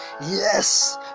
yes